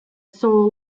soul